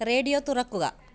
radio തുറക്കുക